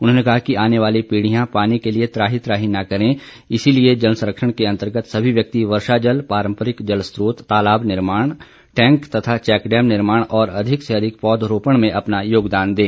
उन्होंने कहा कि आने वाली पीढ़ियां पानी के लिए त्राहि त्राहि ना करें इसीलिए जल संरक्षण के अंतर्गत सभी व्यक्ति वर्षा जल पारंपरिक जल स्त्रोत तालाब निर्माण टैंक तथा चेकडैम निर्माण और अधिक से अधिक पौधारोपण में अपना योगदान दें